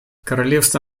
королевство